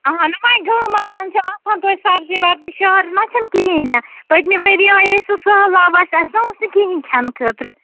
اَہَنُو وۄنۍ گامَس منٛز چھِ آسان تۄہہِ سبزی وَرزی شہرٕ نا چھِنہٕ کِہیٖنۍ نہٕ پٔتمہِ ؤرۍ یہِ آیے سُہ سہلاب آسہِ اَسہِ نا اوس نہٕ کِہیٖنۍ کھیٚنہٕ خٲطرٕ